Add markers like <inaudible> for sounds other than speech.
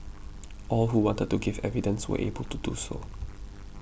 <noise> all who wanted to give evidence were able to do so